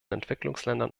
entwicklungsländern